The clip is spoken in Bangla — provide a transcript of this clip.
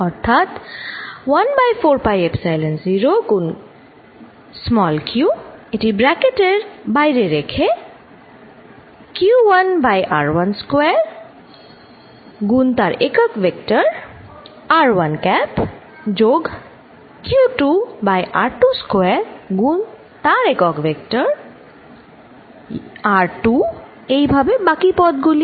অর্থাৎ1বাই ফোর পাই এপসাইলন 0 গুন q এটি ব্র্যাকেটের বাইরে রেখে Q1বাই r1 স্কয়ার গুন তার একক ভেক্টর r1 ক্যাপ যোগ Q2বাইr2 স্কয়ার গুন তার একক ভেক্টর r2 এইভাবে বাকি পদগুলি